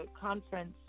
conference